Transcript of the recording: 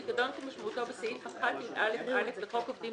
"פיקדון כמשמעותו בסעיף 1(יא)(א) לחוק עובדים